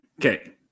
Okay